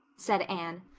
said anne.